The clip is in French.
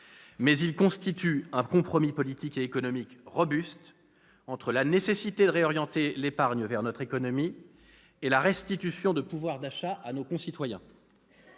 mais il constitue un compromis politique et économique robuste entre la nécessité de réorienter l'épargne vers notre économie et la restitution de pouvoir d'achat à nos concitoyens.